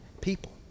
people